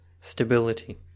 stability